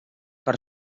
per